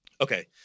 Okay